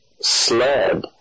sled